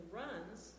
runs